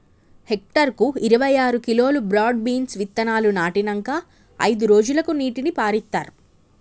hectare కు ఇరవై ఆరు కిలోలు బ్రాడ్ బీన్స్ విత్తనాలు నాటినంకా అయిదు రోజులకు నీటిని పారిత్తార్